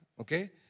okay